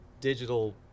digital